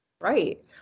Right